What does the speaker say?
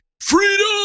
freedom